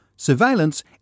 surveillance